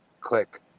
click